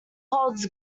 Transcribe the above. holds